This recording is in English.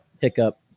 hiccup